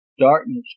darkness